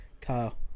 Kyle